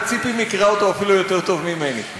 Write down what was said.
וציפי מכירה אותו אפילו יותר טוב ממני.